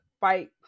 fight